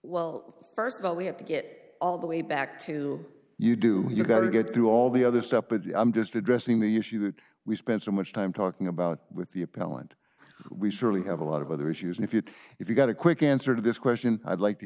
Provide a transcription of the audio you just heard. we have to get all the way back to you do you got to get through all the other stuff but i'm just addressing the issue that we spend so much time talking about with the appellant we surely have a lot of other issues and if you if you got a quick answer to this question i'd like to